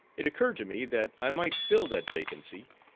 it occurred to me that i might fill that vacancy,